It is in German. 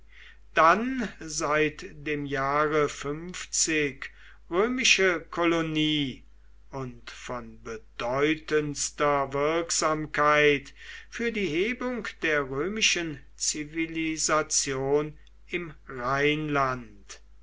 dann seit dem jahre römische kolonie und von bedeutendster wirksamkeit für die hebung der römischen zivilisation im rheinland